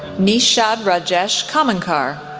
nishad rajesh khamankar,